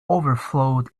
overflowed